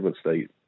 state